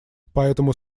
поэтому